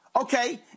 Okay